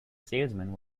salesman